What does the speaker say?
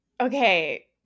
Okay